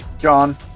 John